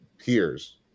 peers